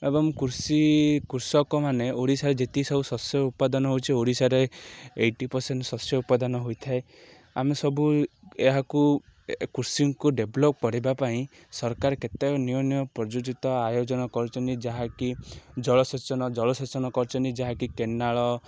ଏବଂ କୃଷି କୃଷକମାନେ ଓଡ଼ିଶାରେ ଯେତିକ ସବୁ ଶସ୍ୟ ଉପାଦାନ ହେଉଛି ଓଡ଼ିଶାରେ ଏଇଟି ପରସେଣ୍ଟ୍ ଶସ୍ୟ ଉପାଦାନ ହୋଇଥାଏ ଆମେ ସବୁ ଏହାକୁ କୃଷିଙ୍କୁ ଡେଭଲପ୍ କରିବା ପାଇଁ ସରକାର କେତେ ନୂଆ ନୂଆ ପ୍ରଯୁଜିତ ଆୟୋଜନ କରୁଛନ୍ତି ଯାହାକି ଜଳସେଚନ ଜଳସେଚନ କରୁଛିନ୍ତି ଯାହାକି କେନାଳ